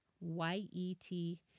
Y-E-T